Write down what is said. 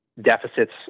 deficits